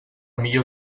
millor